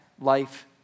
life